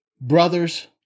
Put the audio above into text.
Brothers